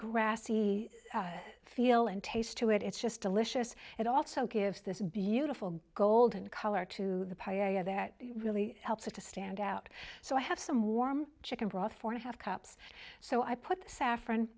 grassy feel and taste to it it's just delicious it also gives this beautiful golden color to the pio that really helps us to stand out so i have some warm chicken broth for i have cups so i put the saffron